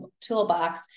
toolbox